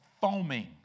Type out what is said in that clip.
foaming